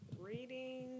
Reading